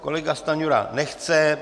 Kolega Stanjura nechce.